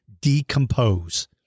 decompose